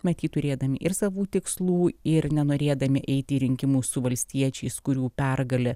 matyt turėdami ir savų tikslų ir nenorėdami eiti į rinkimus su valstiečiais kurių pergalė